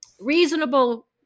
reasonable